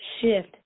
shift